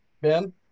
Ben